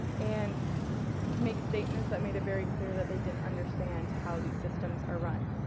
and make statements that made it very clear that they didn't understand how these systems are run.